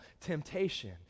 temptation